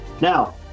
Now